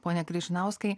pone križinauskai